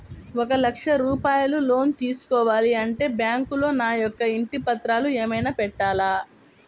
ఒక లక్ష రూపాయలు లోన్ తీసుకోవాలి అంటే బ్యాంకులో నా యొక్క ఇంటి పత్రాలు ఏమైనా పెట్టాలా?